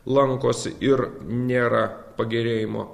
lankosi ir nėra pagerėjimo